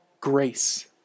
grace